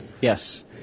Yes